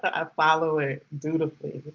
ah ah follow it dutifully.